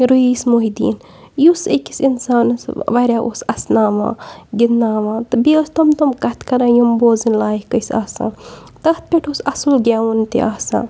رٔیٖس محدیٖن یُس أکِس اِنسانَس واریاہ اوس اَسناوان گِنٛدناوان تہٕ بیٚیہِ ٲس تم تم کَتھ کَران یِم بوزٕنۍ لایق ٲسۍ آسان تَتھ پٮ۪ٹھ اوس اَصٕل گیٚوُن تہِ آسان